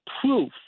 proof